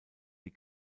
die